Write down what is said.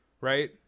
right